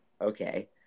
Okay